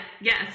Yes